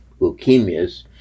leukemias